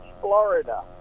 Florida